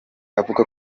avuga